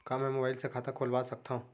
का मैं मोबाइल से खाता खोलवा सकथव?